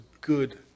good